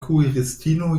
kuiristino